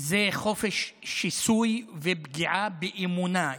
זה חופש שיסוי ופגיעה באמונה.